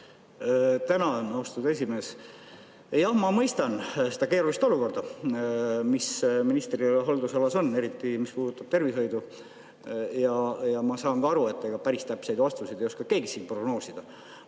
Tänan, austatud esimees! Jah, ma mõistan seda keerulist olukorda, mis ministri haldusalas on, eriti mis puudutab tervishoidu. Ja ma saan ka aru, et ega päris täpseid vastuseid ei oska keegi siin prognoosida.